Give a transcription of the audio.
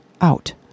out